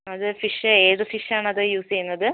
അത് ഫിഷ് ഏത് ഫിഷ് ആണത് യൂസ് ചെയ്യുന്നത്